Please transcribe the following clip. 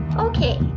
Okay